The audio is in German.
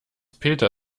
peter